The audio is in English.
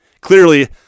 Clearly